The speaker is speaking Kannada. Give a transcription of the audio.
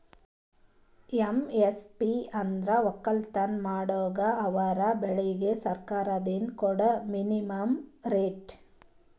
ಎಮ್.ಎಸ್.ಪಿ ಅಂದ್ರ ವಕ್ಕಲತನ್ ಮಾಡೋರಿಗ ಅವರ್ ಬೆಳಿಗ್ ಸರ್ಕಾರ್ದಿಂದ್ ಕೊಡಾ ಮಿನಿಮಂ ರೇಟ್